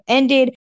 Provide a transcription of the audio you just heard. ended